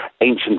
Ancient